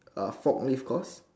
uh forklift course